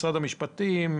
משרד המשפטים,